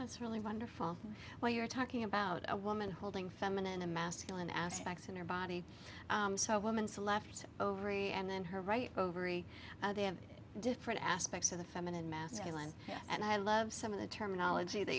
that's really wonderful well you're talking about a woman holding feminine a masculine aspects in her body so women's left ovary and then her right overy they have different aspects to the feminine masculine and i love some of the terminology that